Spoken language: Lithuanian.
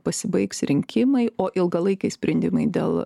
pasibaigs rinkimai o ilgalaikiai sprendimai dėl